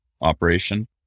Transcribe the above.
operation